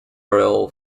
brill